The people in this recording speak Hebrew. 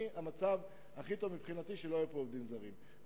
המצב הכי טוב מבחינתי הוא שלא יהיו פה עובדים זרים,